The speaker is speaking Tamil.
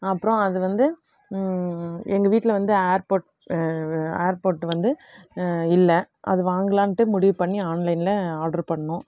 அப்புறோம் அது வந்து எங்கள் வீட்டில வந்து ஏர்போர்ட் ஏர்போர்ட்டு வந்து இல்லை அது வாங்கலான்ட்டு முடிவு பண்ணி ஆன்லைன்ல ஆர்ட்ரு பண்ணோம்